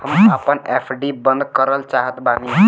हम आपन एफ.डी बंद करल चाहत बानी